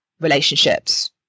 relationships